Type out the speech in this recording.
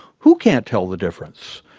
who can't tell the difference?